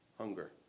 Hunger